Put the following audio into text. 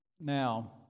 Now